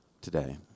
today